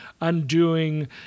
undoing